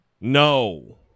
No